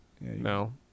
No